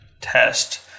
test